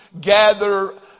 gather